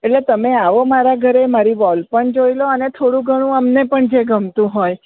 એટલે તમે આવો મારા ઘરે મારી વોલ પણ જોઈ લો અને થોડું ઘણું અમને પણ જે ગમતું હોય